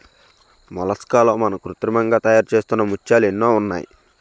మొలస్కాల్లో మనం కృత్రిమంగా తయారుచేస్తున్న ముత్యాలు ఎన్నో ఉన్నాయి